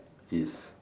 is